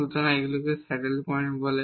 সুতরাং এগুলিকে saddle point বলে